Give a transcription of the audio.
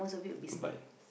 don't buy